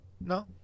No